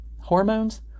hormones